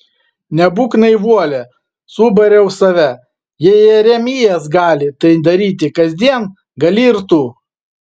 nebūk naivuolė subariau save jei jeremijas gali tai daryti kasdien gali ir tu